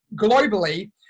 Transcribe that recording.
globally